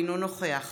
אינו נוכח